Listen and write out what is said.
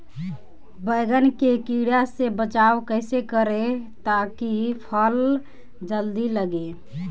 बैंगन के कीड़ा से बचाव कैसे करे ता की फल जल्दी लगे?